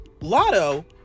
Lotto